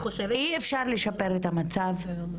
אי אפשר לשפר את המצב רק, בלי לקחת לקחים.